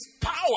power